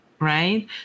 right